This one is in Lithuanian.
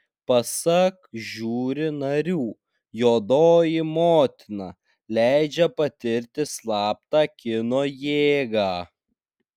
pasak žiuri narių juodoji motina leidžia patirti slaptą kino jėgą